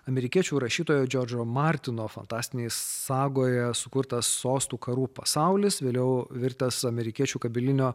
amerikiečių rašytojo džordžo martino fantastinėje sagoje sukurtas sostų karų pasaulis vėliau virtęs amerikiečių kabelinio